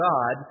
God